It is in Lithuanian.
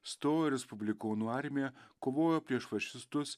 stojo į respublikonų armija kovojo prieš fašistus